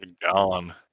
gone